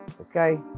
okay